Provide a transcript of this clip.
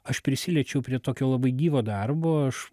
aš prisiliečiau prie tokio labai gyvo darbo aš